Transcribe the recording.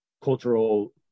cultural